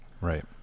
right